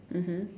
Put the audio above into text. mmhmm